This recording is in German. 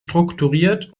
strukturiert